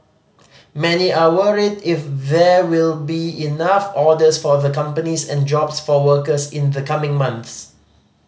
many are worried if there will be enough orders for the companies and jobs for workers in the coming months